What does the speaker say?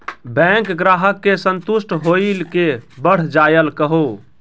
Bank ग्राहक के संतुष्ट होयिल के बढ़ जायल कहो?